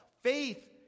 Faith